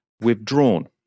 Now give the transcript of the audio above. withdrawn